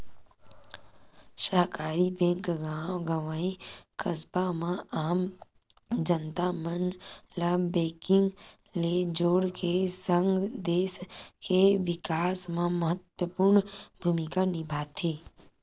सहकारी बेंक गॉव गंवई, कस्बा म आम जनता मन ल बेंकिग ले जोड़ के सगं, देस के बिकास म महत्वपूर्न भूमिका निभाथे